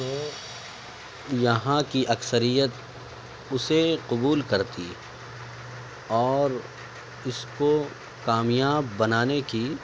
تو یہاں کی اکثریت اسے قبول کرتی اور اس کو کامیاب بنانے کی